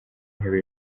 ntebe